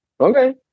Okay